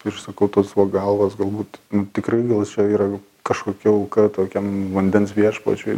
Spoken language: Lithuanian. ir sakau tos va galvos galbūt tikrai gal čia yra kažkokia auka tokiam vandens viešpačiui